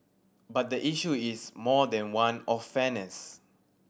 but the issue is more than one of fairness